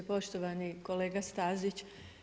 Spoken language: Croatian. Poštovani kolega Stazić.